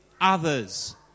others